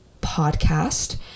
podcast